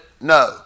no